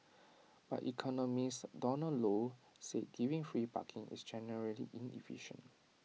but economist Donald low said giving free parking is generally inefficient